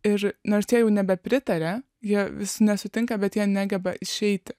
ir nors jie jau nebepritaria jie vis nesutinka bet jie negeba išeiti